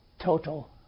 total